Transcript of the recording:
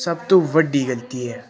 ਸਭ ਤੋਂ ਵੱਡੀ ਗਲਤੀ ਹੈ